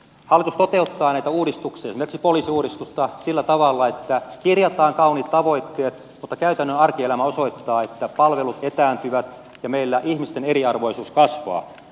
hallitus toteuttaa näitä uudistuksia esimerkiksi poliisiuudistusta sillä tavalla että kirjataan kauniit tavoitteet mutta käytännön arkielämä osoittaa että palvelut etääntyvät ja meillä ihmisten eriarvoisuus kasvaa